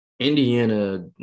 Indiana